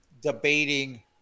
debating